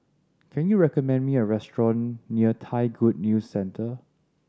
can you recommend me a restaurant near Thai Good News Centre